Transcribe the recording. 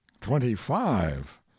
twenty-five